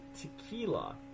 Tequila